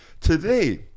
Today